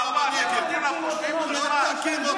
בשבוע הבא אתם נותנים לפושעים חשמל.